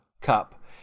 cup